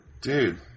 Dude